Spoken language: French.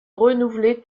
renouvelé